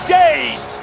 days